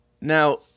Now